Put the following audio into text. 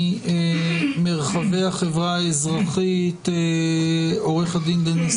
ומהצוות המשפטי של הלובי עו"ד דניס